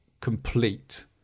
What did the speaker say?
complete